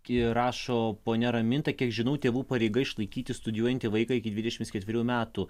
ir rašo ponia raminta kiek žinau tėvų pareiga išlaikyti studijuojantį vaiką iki dvidešims ketverių metų